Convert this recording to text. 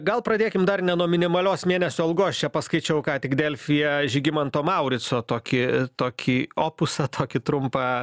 gal pradėkim dar ne nuo minimalios mėnesio algos čia paskaičiau ką tik delfyje žygimanto maurico tokį tokį opusą tokį trumpą